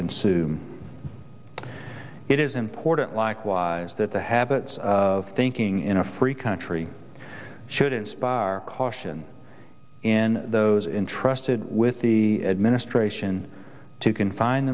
consume it is important likewise that the habits of thinking in a free country should inspire caution in those entrusted with the administration to confine